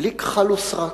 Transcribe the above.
בלי כחל ושרק,